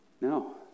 no